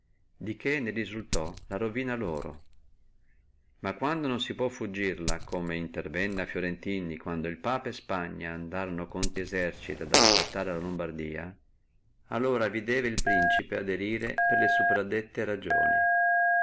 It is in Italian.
di che ne resultò la ruina loro ma quando non si può fuggirla come intervenne a fiorentini quando el papa e spagna andorono con esercito ad assaltare la lombardia allora si debba el principe aderire per le ragioni